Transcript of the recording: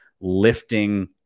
lifting